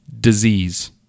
disease